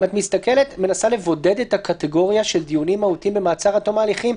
אם את מנסה לבודד את הקטגוריה של דיונים מהותיים במעצר עד תום ההליכים,